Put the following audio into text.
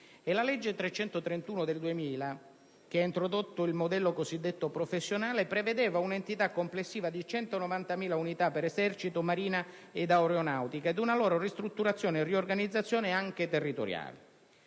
La legge n. 331 del 2000, che ha introdotto il modello cosiddetto professionale, prevedeva un'entità complessiva di 190.000 unità per Esercito, Marina ed Aeronautica e una loro ristrutturazione e riorganizzazione anche territoriale.